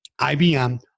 IBM